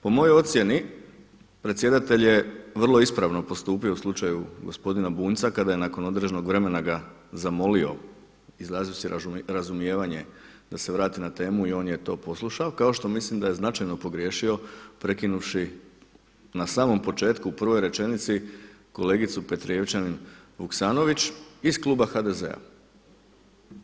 Po mojoj ocjeni predsjedatelj je vrlo ispravno postupio u slučaju gospodina Bunjca kada je nakon određenog vremena ga zamolio izrazivši razumijevanje da se vrati na temu i on je to poslušao kao što mislim da je značajno pogriješio prekinuvši na samom početku u prvoj rečenici kolegicu Petrijevčanin Vuksanović iz kluba HDZ-a.